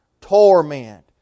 Torment